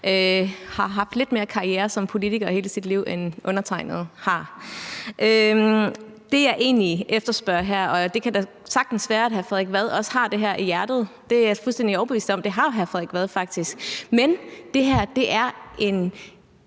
har haft lidt mere karriere som politiker i hele sit liv, end undertegnede har. Det, jeg egentlig beder om her – og det kan da sagtens være, at hr. Frederik Vad også har det her i hjertet; det er jeg fuldstændig overbevist om at hr. Frederik Vad faktisk har – er, at